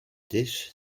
dish